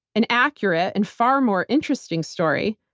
an accurate and far more interesting story,